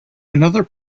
another